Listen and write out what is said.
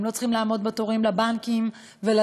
הם לא צריכים לעמוד בתורים לבנקים ולדואר